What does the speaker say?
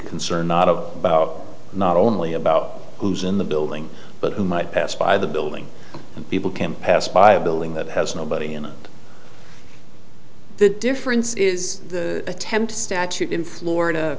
concerned not of about not only about who's in the building but who might pass by the building and people can pass by a building that has nobody in it the difference is the attempt statute in florida